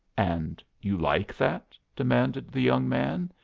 and you like that? demanded the young man.